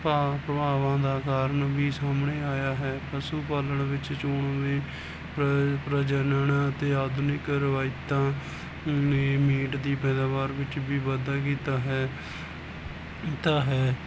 ਪਾ ਭਾਵਾਂ ਦਾ ਕਾਰਨ ਵੀ ਸਾਹਮਣੇ ਆਇਆ ਹੈ ਪਸ਼ੂ ਪਾਲਣ ਵਿੱਚ ਚੋਣਵੇਂ ਪ੍ਰਾ ਪ੍ਰਜਨਨ ਅਤੇ ਆਧੁਨਿਕ ਰਵਾਇਤਾਂ ਨੇ ਮੀਟ ਦੀ ਪੈਦਾਵਾਰ ਵਿੱਚ ਵੀ ਵਾਧਾ ਕੀਤਾ ਹੈ ਕੀਤਾ ਹੈ